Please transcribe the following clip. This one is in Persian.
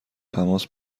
تماس